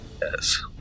Yes